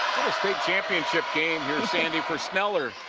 big championship game here sandy, for sneller.